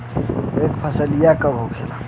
यह फसलिया कब होले?